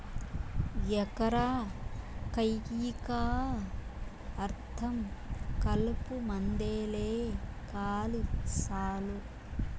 ఎకరా కయ్యికా అర్థం కలుపుమందేలే కాలి సాలు